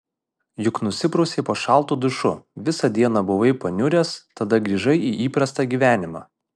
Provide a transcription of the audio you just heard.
juk nusiprausei po šaltu dušu visą dieną buvai paniuręs tada grįžai į įprastą gyvenimą